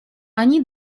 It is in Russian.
они